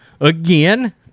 Again